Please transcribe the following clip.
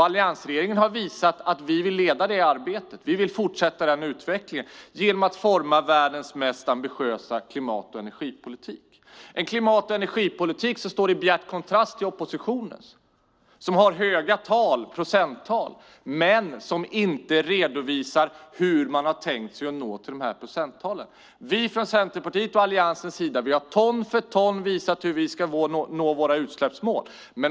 Alliansregeringen har visat att man vill leda det arbetet och fortsätta utvecklingen genom att forma världens mest ambitiösa klimat och energipolitik - en klimat och energipolitik som står i bjärt kontrast till oppositionens som ju har höga procenttal men inte redovisar hur man har tänkt sig att nå procenttalen. Vi från Centerpartiet och Alliansen har ton för ton visat hur vi ska nå våra utsläppsmål.